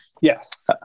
Yes